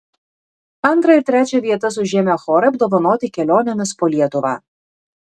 antrą ir trečią vietas užėmę chorai apdovanoti kelionėmis po lietuvą